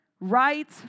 right